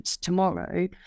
tomorrow